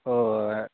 ಹೋ